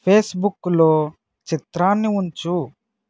ఫేస్బుక్లో చిత్రాన్ని ఉంచు